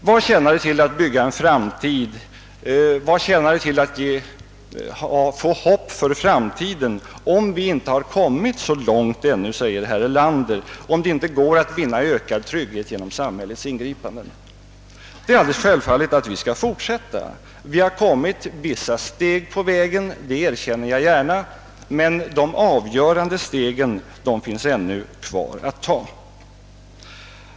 Vad tjänar det till att bygga en framtid, vad tjänar det till att hysa hopp inför framtiden, om vi inte har kommit så långt ännu, säger herr Erlander, om det inte går att vinna ökad trygghet genom samhällets ingripande? Det är alldeles självklart att vi skall fortsätta framåt. Vi har tagit vissa steg på vägen, det erkänner jag gärna, men de avgörande stegen är ännu kvar att ta.